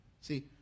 See